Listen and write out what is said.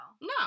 No